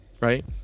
right